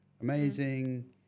amazing